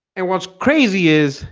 and what's crazy is